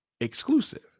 exclusive